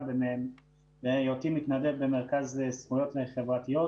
בהיותי מתנדב במרכז זכויות חברתיות,